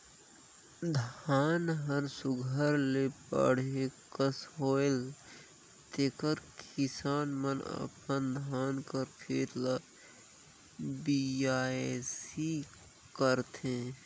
धान हर सुग्घर ले बाढ़े कस होएल तेकर किसान मन अपन धान कर खेत ल बियासी करथे